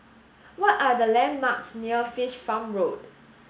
what are the landmarks near Fish Farm Road